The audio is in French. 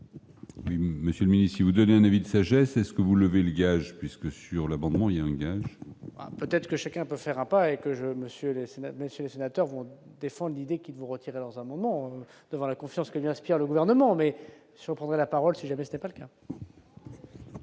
Monsieur le ministre vous donner un avis de sagesse est-ce que vous levez le gage, puisque sur le moment, il y a une gueule. Peut-être que chacun peut faire un pas et que je monsieur même mais c'est sénateurs vont défend l'idée qu'ils vous retirer leurs amendements devant la confiance que inspire le gouvernement met sur prendra la parole, si jamais ce n'est pas le cas.